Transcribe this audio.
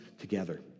together